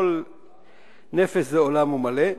כל נפש זה עולם מלא.